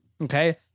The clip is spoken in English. okay